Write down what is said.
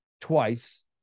twice